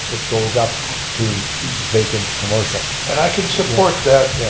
it goes up to vacant commercial. and i can support that,